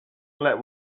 let